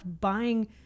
buying